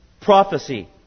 prophecy